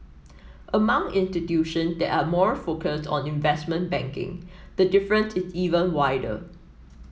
among institution that are more focused on investment banking the difference is even wider